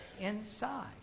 inside